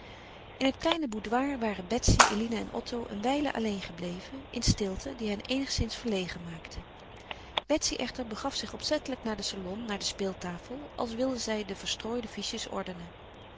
in het kleine boudoir waren betsy eline en otto een wijle alleen gebleven in stilte die hen eenigszins verlegen maakte betsy echter begaf zich opzettelijk naar den salon naar de speeltafel als wilde zij de verstrooide fiches ordenen